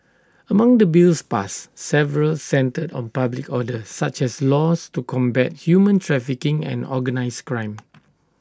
among the bills passed several centred on public order such as laws to combat human trafficking and organised crime